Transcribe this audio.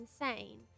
insane